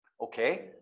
okay